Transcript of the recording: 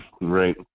Right